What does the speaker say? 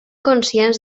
conscients